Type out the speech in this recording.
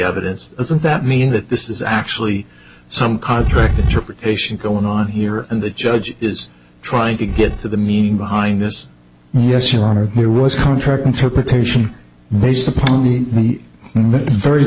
evidence isn't that mean that this is actually some contract interpretation going on here and the judge is trying to get the meaning behind this yes your honor it was contrary interpretation based upon the